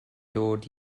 dod